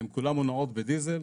הן כולן מונעות בדיזל,